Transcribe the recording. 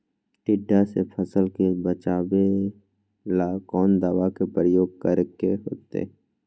टिड्डा से फसल के बचावेला कौन दावा के प्रयोग करके होतै?